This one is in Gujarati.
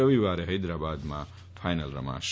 રવિવારે ફૈદરાબાદમાં ફાઈનલ રમાશે